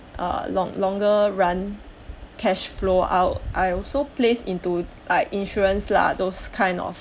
err long~ longer run cash flow I I also place into like insurance lah those kind of